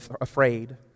afraid